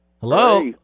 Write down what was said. Hello